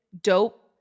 dope